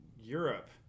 Europe